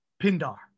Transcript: Pindar